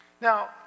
Now